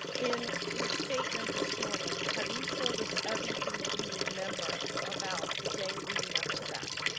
in your statement this morning, have you told us everything that you remember about the day leading up to that?